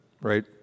right